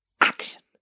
Action